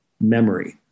memory